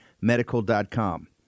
Medical.com